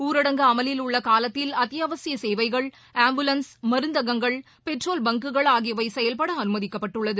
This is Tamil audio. ஊரடங்குஅமலில் உள்ளகாலத்தில் அத்தியாவசியசேவைகள் ஆம்புலன்ஸ் மருந்தகங்கள் பெட்ரோல் பங்குகள் ஆகியவைசெயல்படஅனுமதிக்கப்பட்டுள்ளது